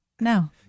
No